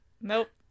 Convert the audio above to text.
Nope